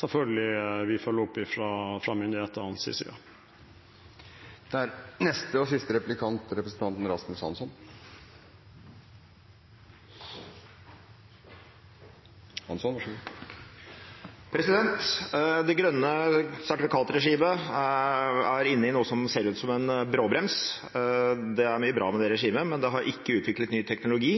selvfølgelig følge opp fra myndighetenes side. Det grønne sertifikat-regimet er inne i noe som ser ut som en bråbrems. Det er mye bra med det regimet, men det har ikke utviklet ny teknologi,